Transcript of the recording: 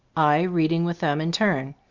i read ing with them in turn.